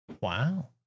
Wow